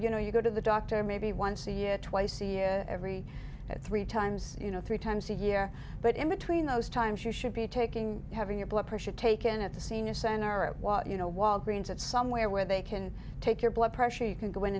you know you go to the doctor maybe once a year twice a year every three times you know three times a year but in between those times you should be taking having your blood pressure taken at the senior center it was you know walgreens at somewhere where they can take your blood pressure you can go in